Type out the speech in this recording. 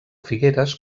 figueres